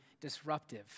disruptive